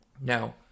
now